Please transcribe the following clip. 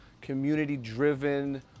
community-driven